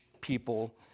people